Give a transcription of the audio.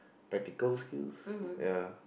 practical skills ya